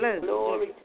Glory